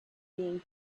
being